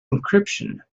encryption